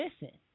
listen